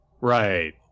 right